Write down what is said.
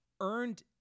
earned